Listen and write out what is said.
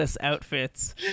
outfits